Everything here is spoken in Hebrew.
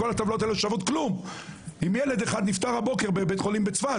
כל הטבלאות האלה לא שוות כלום אם ילד אחד נפטר הבוקר בבית חולים בצפת,